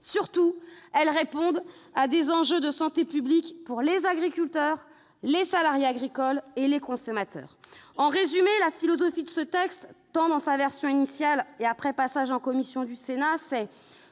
mais elles répondent surtout à des enjeux de santé publique pour les agriculteurs, les salariés agricoles et les consommateurs. En résumé la philosophie de ce texte, tant dans sa version initiale qu'après passage en commission au Sénat, est